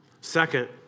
Second